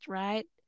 right